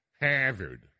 Harvard